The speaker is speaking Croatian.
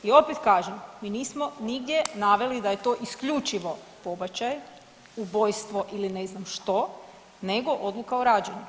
I opet kažem mi nismo nigdje naveli da je to isključivo pobačaj, ubojstvo ili ne znam što nego odluka o rađanju.